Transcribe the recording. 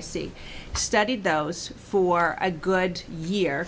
see studied those for a good year